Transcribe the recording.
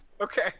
Okay